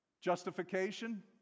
Justification